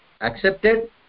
accepted